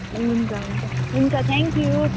हुन्छ हुन्छ हुन्छ थ्याङ्क यु